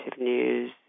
news